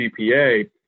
GPA